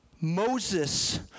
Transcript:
Moses